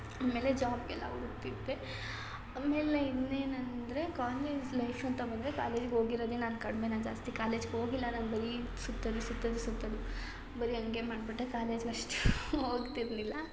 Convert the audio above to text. ಆಮೇಲೆ ಜಾಬ್ಗೆಲ್ಲ ಹುಡ್ಕ್ತಿದ್ದೆ ಆಮೇಲೆ ಇನ್ನೇನು ಅಂದರೆ ಕಾಲೇಜ್ ಲೈಫ್ ಅಂತ ಬಂದರೆ ಕಾಲೇಜ್ಗೆ ಹೋಗಿರದೆ ನಾನು ಕಡಿಮೆ ನಾನು ಜಾಸ್ತಿ ಕಾಲೇಜ್ಗೆ ಹೋಗಿಲ್ಲ ನಾನು ಬರೀ ಸುತ್ತೋದು ಸುತ್ತೋದು ಸುತ್ತೋದು ಬರಿ ಹಂಗೆ ಮಾಡಿಬಿಟ್ಟೆ ಕಾಲೇಜ್ಗೆ ಅಷ್ಟು ಹೋಗ್ತಿರಲಿಲ್ಲ